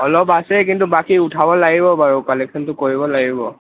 অলপ আছে কিন্তু বাকী উঠাব লাগিব বাৰু কালেকশ্যনটো কৰিব লাগিব